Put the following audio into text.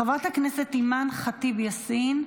חברת הכנסת אימאן ח'טיב יאסין,